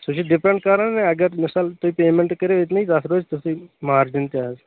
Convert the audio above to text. سُہ چھُ ڈِپیٚنٛڈ کَران اَگر مثلاً تُہۍ پیٚمنٛٹ کٔرِِو تٔتنٕے تَتھ روزِ تِتُے مارجن تہِ حظ